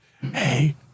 Hey